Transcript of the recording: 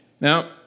Now